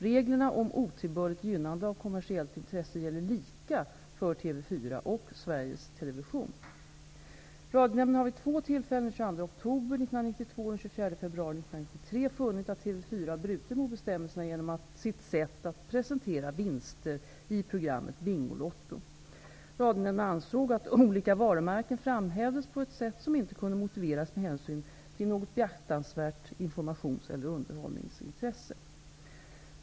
Reglerna om otillbörligt gynnande av kommersiellt intresse gäller lika för TV 4 och Sveriges Television. TV 4 har brutit mot bestämmelsen genom sitt sätt att presentera vinster i programmet Bingolotto. Radionämnden ansåg att olika varumärken framhävdes på ett sätt som inte kunde motiveras med hänsyn till något beaktansvärt informationseller underhållningsintresse.